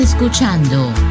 Escuchando